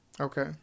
Okay